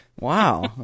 Wow